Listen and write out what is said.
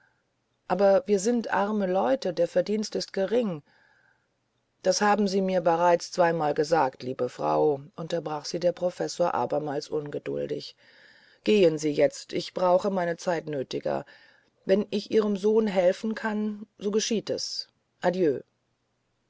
aber wir sind arme leute der verdienst ist gering das haben sie mir bereits zweimal gesagt liebe frau unterbrach sie der professor abermals ungeduldig gehen sie jetzt ich brauche meine zeit nötiger wenn ich ihrem sohne helfen kann so geschieht es adieu